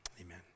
amen